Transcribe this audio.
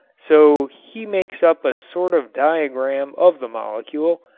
so he makes up a sort of diagram of the molecule,